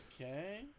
Okay